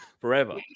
forever